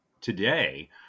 today